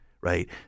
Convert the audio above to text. right